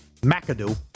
McAdoo